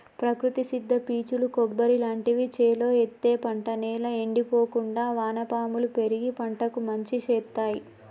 ప్రకృతి సిద్ద పీచులు కొబ్బరి లాంటివి చేలో ఎత్తే పంట నేల ఎండిపోకుండా వానపాములు పెరిగి పంటకు మంచి శేత్తాయ్